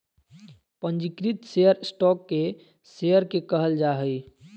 पंजीकृत share stock के share के कहल जा हइ